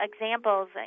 examples